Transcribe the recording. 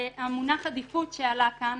המונח עדיפות שעלה כאן,